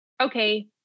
okay